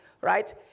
right